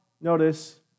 notice